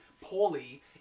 poorly